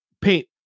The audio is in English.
paint